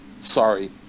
Sorry